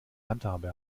handhabe